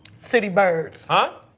city birds. huh?